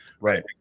right